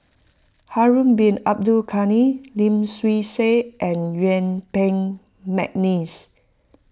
Harun Bin Abdul Ghani Lim Swee Say and Yuen Peng McNeice